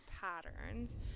patterns